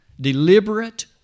Deliberate